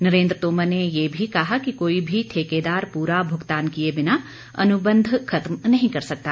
नरेंद्र तोमर ने यह भी कहा कि कोई भी ठेकेदार पूरा भूगतान किए बिना अनुबंध खत्म नहीं कर सकता